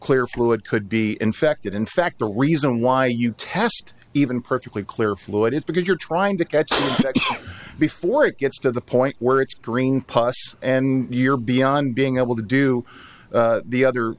clear fluid could be infected in fact the reason why you test even perfectly clear fluid is because you're trying to catch before it gets to the point where it's green pus and you're beyond being able to do the other